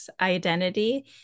identity